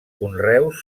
conreus